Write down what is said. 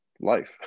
life